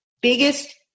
Biggest